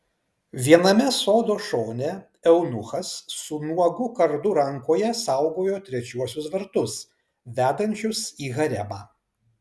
viename sodo šone eunuchas su nuogu kardu rankoje saugojo trečiuosius vartus vedančius į haremą